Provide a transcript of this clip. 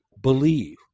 believe